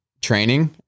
training